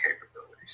capabilities